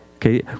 Okay